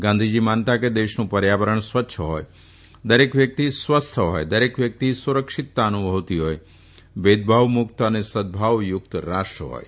ગાંધીજી માનતા કે દેશનું પર્યાવરણ સ્વચ્છ હોય દરેક વ્યક્તિ સ્વસ્થ હોય દરેક વ્યક્તિ સુરક્ષિતતા અનુભવતી હોય ભેદભાવમુક્ત અને સદભાવયુક્ત રાષ્ટ્ર હોય